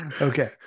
okay